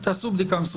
יש נהלים מיוחדים או לא?